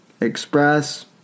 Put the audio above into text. Express